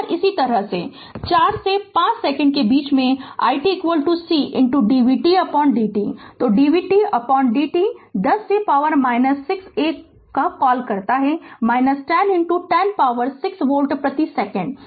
और इसी तरह 4 से 5 सेकंड के बीच में i t c dvtdt तो dvtdt 10 से पावर 6 a क्या कॉल करता है 10 10 पावर 6 वोल्ट प्रति सेकेंड